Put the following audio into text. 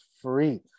free